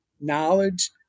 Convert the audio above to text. knowledge